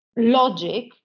logic